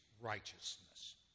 righteousness